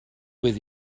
with